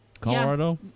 Colorado